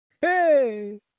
hey